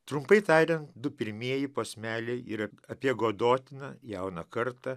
trumpai tariant du pirmieji posmeliai ir apie godotiną jauną kartą